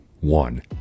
one